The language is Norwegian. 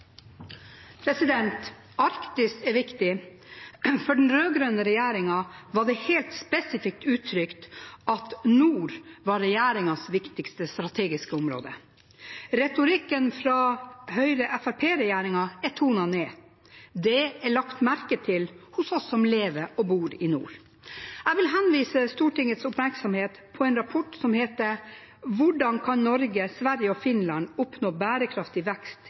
Arktis er viktig. For den rød-grønne regjeringen var det helt spesifikt uttrykt at nord var regjeringens viktigste strategiske område. Retorikken fra Høyre–Fremskrittsparti-regjeringen er tonet ned. Det er lagt merke til hos oss som lever og bor i nord. Jeg vil henlede Stortingets oppmerksomhet på en rapport som heter Hvordan kan Norge, Sverige og Finland oppnå bærekraftig vekst